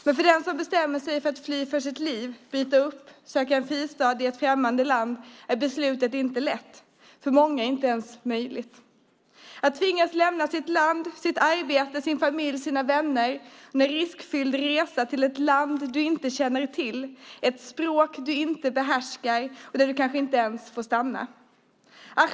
Men för den som bestämmer sig för att fly för sitt liv, bryta upp och söka en fristad i ett främmande land är beslutet inte lätt, och för många inte ens möjligt. Att tvingas lämna sitt hem, sitt arbete, sin familj och sina vänner och företa en riskfylld resa till ett land man inte känner till med ett språk man inte behärskar och där man kanske inte ens får stanna är inte lätt.